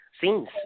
scenes